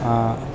આ